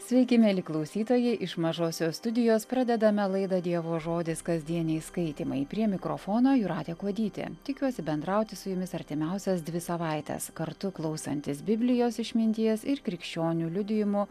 sveiki mieli klausytojai iš mažosios studijos pradedame laidą dievo žodis kasdieniai skaitymai prie mikrofono jūratė kuodytė tikiuosi bendrauti su jumis artimiausias dvi savaites kartu klausantis biblijos išminties ir krikščionių liudijimų